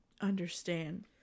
understand